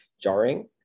jarring